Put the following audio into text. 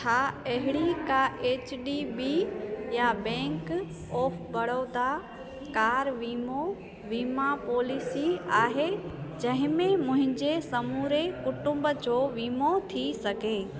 छा अहिड़ी को एच डी बी या बैंक ऑफ बड़ौदा कार वीमो वीमा पॉलिसी आहे जहिंमें मुंहिंजे समूरे कुटुंब जो वीमो थी सघे